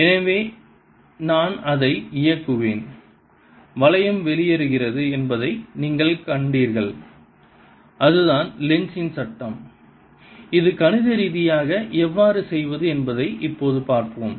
எனவே நான் அதை இயக்குவேன் வளையம் வெளியேறுகிறது என்பதை நீங்கள் காண்பீர்கள் அதுதான் லென்ஸின் Lenz's சட்டம் இதை கணித ரீதியாக எவ்வாறு செய்வது என்பதை இப்போது பார்ப்போம்